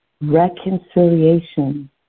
reconciliation